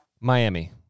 Miami